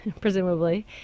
presumably